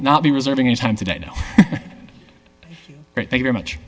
not be reserving any time today very much